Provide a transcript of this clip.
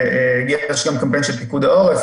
יש גם קמפיין של פיקוד העורף,